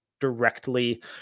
directly